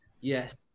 Yes